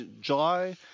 July